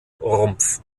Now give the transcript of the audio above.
rumpf